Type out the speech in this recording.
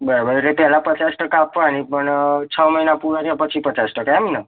બરાબર એટલે પહેલાં પચાસ ટકા આપવાનાં પણ છ મહિના પૂરાં થયા પછી પચાસ ટકા એમને